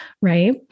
right